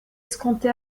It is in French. escompté